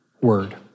word